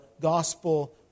gospel